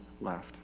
left